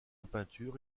peinture